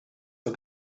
für